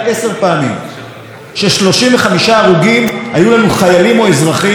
שהיו לנו 35 הרוגים חיילים או אזרחים באירועי ביטחון.